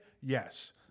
yes